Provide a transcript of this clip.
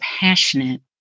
passionate